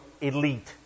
elite